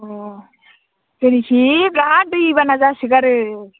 अ जोंनिथिं बिराद दैबाना जासोगारो